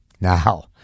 Now